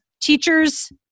teachers